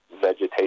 vegetation